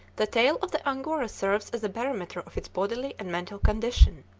the tail of the angora serves as a barometer of its bodily and mental condition.